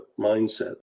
mindset